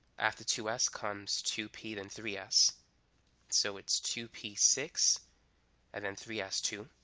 after two s comes two p then three s so it's two p six and then three s two